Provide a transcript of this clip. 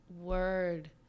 word